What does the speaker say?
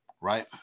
right